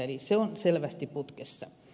eli se on selvästi putkessa